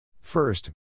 First